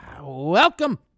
Welcome